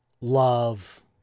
Love